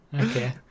Okay